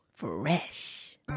Fresh